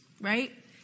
Right